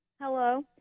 Hello